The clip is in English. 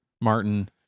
Martin